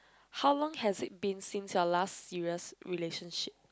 how long has it been since your last serious relationship